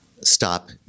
stop